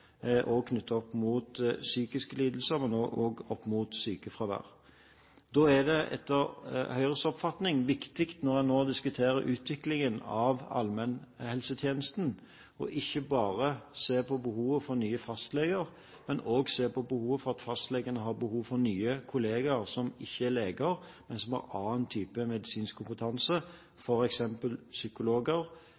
også knyttet opp mot psykiske lidelser og sykefravær. Da er det etter Høyres oppfatning viktig, når en nå diskuterer utviklingen av allmennhelsetjenesten, ikke bare å se på behovet for nye fastleger, men også på behovet fastlegene har for nye kolleger som ikke er leger, men som har en annen type medisinsk kompetanse.